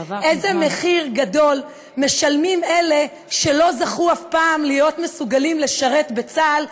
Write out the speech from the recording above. איזה מחיר גדול משלמים אלה שלא זכו אף פעם להיות מסוגלים לשרת בצה"ל,